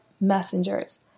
messengers